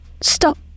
stop